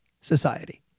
society